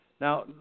Now